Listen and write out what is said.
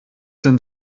denn